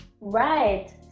Right